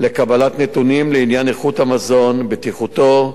לקבלת נתונים לעניין איכות המזון ובטיחותו.